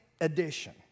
edition